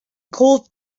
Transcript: called